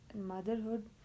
motherhood